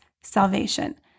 salvation